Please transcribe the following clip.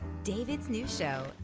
david's new show,